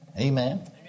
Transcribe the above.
amen